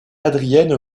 adrienne